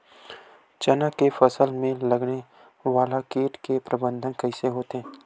चना के फसल में लगने वाला कीट के प्रबंधन कइसे होथे?